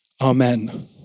Amen